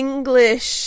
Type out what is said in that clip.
English